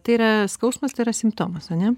tai yra skausmas tai yra simptomas ane